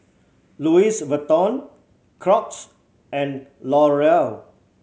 Louis Vuitton Crocs and Laurier